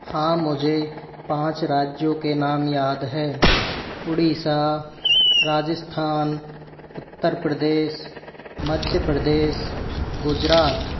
हाँ मुझे पाँच राज्यों के नाम याद हैं ओडिशा राजस्थान उत्तर प्रदेश मध्य प्रदेश गुजरात